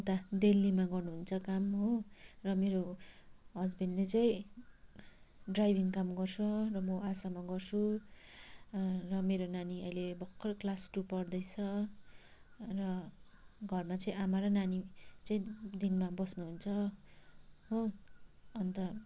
उता दिल्लीमा गर्नुहुन्छ काम हो र मेरो हज्बेन्डले चाहिँ ड्राइभिङ काम गर्छ र म आशामा गर्छु र मेरो नानी अहिले भर्खर क्लास टु पढ्दैछ र घरमा चाहिँ आमा र नानी चाहिँ दिनमा बस्नुहुन्छ हो अन्त